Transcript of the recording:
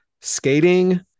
skating